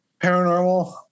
Paranormal